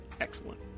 Excellent